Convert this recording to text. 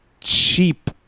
cheap